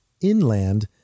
inland